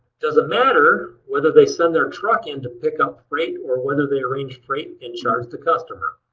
does it matter whether they send their truck in to pick up freight or whether they arrange freight and charge the customer?